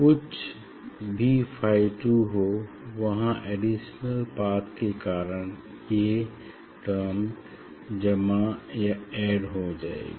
कुछ भी फाई 2 हो वहाँ एडिशनल पाथ के कारण ये टर्म जमा एड हो जाएगी